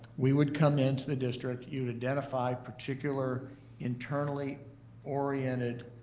we would come into the district, you would identify particular internally oriented